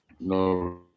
no